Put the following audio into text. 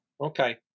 Okay